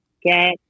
get